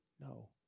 No